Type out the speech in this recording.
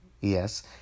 yes